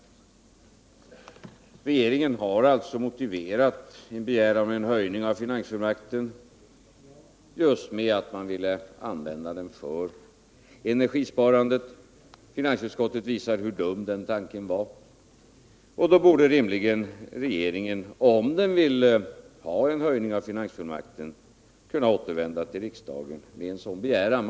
Regeringen har alltså motiverat sin begäran om höjning av finansfullmakten just med att man vill använda den för energisparandet. Finansutskottet visar hur dum den tanken är, och då borde regeringen rimligen, om den vill ha en höjning av finansfullmakten, kunna återkomma till riksdagen med en sådan begäran.